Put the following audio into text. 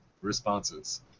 responses